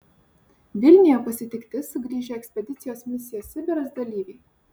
vilniuje pasitikti sugrįžę ekspedicijos misija sibiras dalyviai